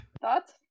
Thoughts